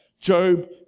Job